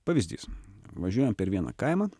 pavyzdys važiuojam per vieną kaimą